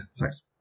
Thanks